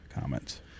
comments